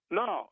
no